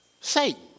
Satan